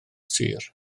sir